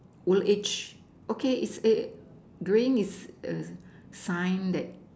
old age okay it's a drain is a sign that